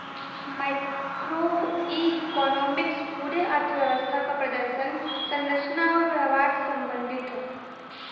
macroeconomics पूरे अर्थव्यवस्था क प्रदर्शन, संरचना आउर व्यवहार से संबंधित हौ